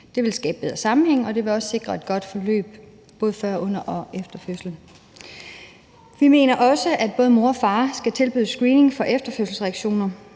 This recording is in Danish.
Det vil skabe bedre sammenhæng, og det vil også sikre et godt forløb både før, under og efter fødsel. Vi mener også, at både mor og far skal tilbydes screening for efterfødselsreaktioner.